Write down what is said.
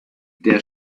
der